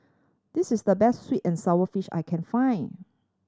this is the best sweet and sour fish I can find